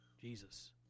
Jesus